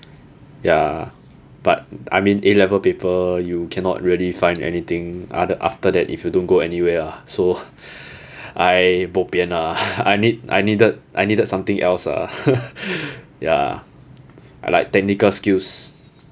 ya but I mean A level paper you cannot really find anything other after that if you don't go anywhere lah so I bo pian ah I need I needed I needed something else ah ya like technical skills